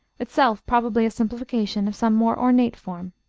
itself probably a simplification of some more ornate form.